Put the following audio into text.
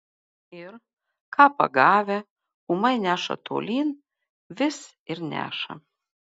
ir ką pagavę ūmai neša tolyn vis ir neša